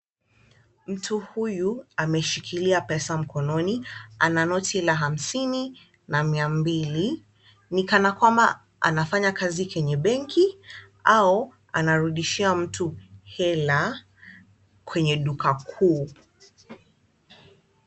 Mtu huyu ameshikilia pesa mkononi. Ana noti la hamsini na mia mbili ni kana kwamba anafanya kazi kwenye benki au anarudishia mtu hela kwenye duka kuu.